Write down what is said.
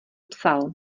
psal